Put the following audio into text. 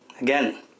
again